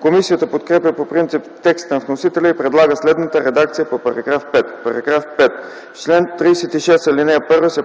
Комисията подкрепя по принцип текста на вносителя и предлага следната редакция за § 5: „§ 5. В чл. 36, ал. 1 се